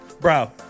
bro